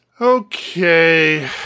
Okay